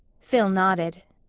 phil nodded.